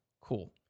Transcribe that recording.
Cool